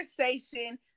conversation